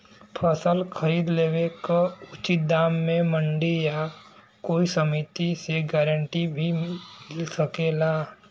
फसल खरीद लेवे क उचित दाम में मंडी या कोई समिति से गारंटी भी मिल सकेला?